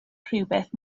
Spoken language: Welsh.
rhywbeth